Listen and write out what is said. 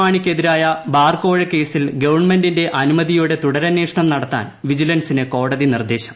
മാണിയ്ക്കെതിരായ bar കോഴക്കേസിൽ ഗവൺമെന്റിന്റെ അനുമതിയോടെ തുടരന്വേഷണം നടത്താൻ വിജിലൻസിന് കോടതി നിർദ്ദേശം